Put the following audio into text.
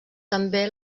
també